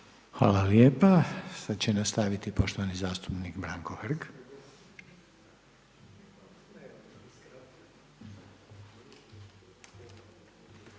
Hvala lijepa. Sad će nastaviti poštovani zastupnik Hrg.